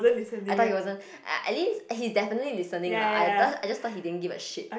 I thought he wasn't a~ at least he is definitely listening lah I jus~ I just thought he didn't give a shit